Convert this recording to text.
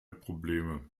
probleme